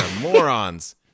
Morons